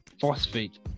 phosphate